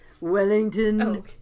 Wellington